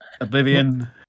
oblivion